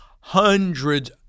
hundreds